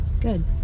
Good